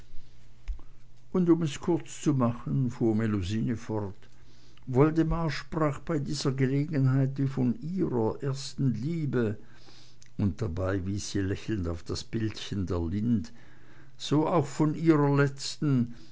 und um es kurz zu machen fuhr melusine fort woldemar sprach bei dieser gelegenheit wie von ihrer ersten liebe und dabei wies sie lächelnd auf das bildchen der lind so auch von ihrer letzten